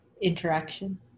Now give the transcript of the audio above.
interaction